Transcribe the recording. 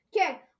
Okay